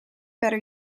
better